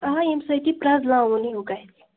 آ ییٚمہِ سۭتۍ یہِ پرٛٮ۪زلاوُن ہیوٗ گَژھِ